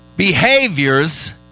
Behaviors